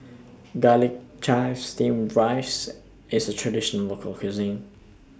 Garlic Chives Steamed Rice IS Traditional Local Cuisine